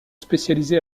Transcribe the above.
spécialisé